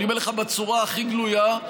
אני אומר לך בצורה הכי גלויה,